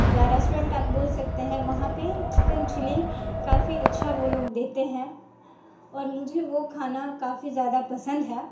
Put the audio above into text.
या रेस्टूरेंट आप बोल सकते हैं वहाँ पर चिकन चिली काफी अच्छा वो लोग देते हैं और मुझे वो खाना काफी ज्यादा पसंद है